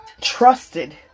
trusted